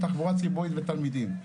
תחבורה ציבורית לתלמידים.